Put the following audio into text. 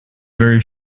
very